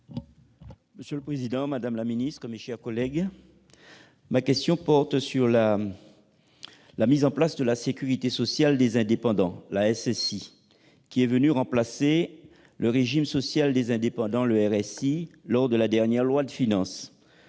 Monsieur le président, madame la ministre, mes chers collègues, ma question porte sur la mise en place de la sécurité sociale des indépendants, la SSI, qui remplace le régime social des indépendants, le RSI, depuis la dernière loi de finances.